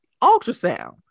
Ultrasound